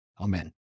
Amen